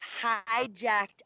hijacked